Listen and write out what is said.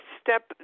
step